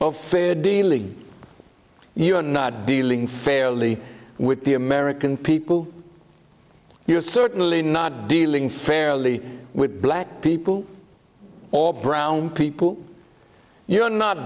of fair dealing you're not dealing fairly with the american people you're certainly not dealing fairly with black people or brown people you're not